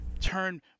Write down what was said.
turn